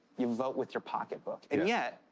you vote with your pocketbook and yet,